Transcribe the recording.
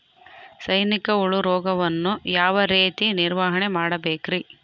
ಸೈನಿಕ ಹುಳು ರೋಗವನ್ನು ಯಾವ ರೇತಿ ನಿರ್ವಹಣೆ ಮಾಡಬೇಕ್ರಿ?